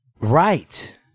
Right